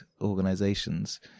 organizations